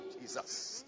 Jesus